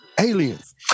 Aliens